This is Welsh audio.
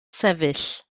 sefyll